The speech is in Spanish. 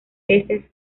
peces